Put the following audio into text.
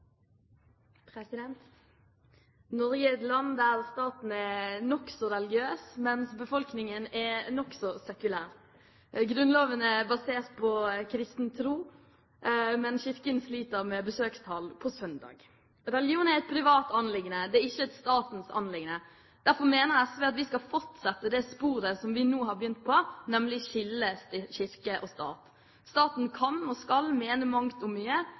nokså religiøs, mens befolkningen er nokså sekulær. Grunnloven er basert på kristen tro, men kirken sliter med besøkstall på søndag. Religion er et privat anliggende. Det er ikke et statens anliggende. Derfor mener SV at vi skal fortsette det sporet som vi nå har begynt på, nemlig å skille kirke og stat. Staten kan og skal mene mangt om mye,